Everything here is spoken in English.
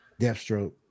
Deathstroke